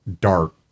dark